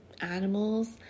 animals